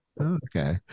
Okay